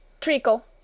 Treacle